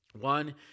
One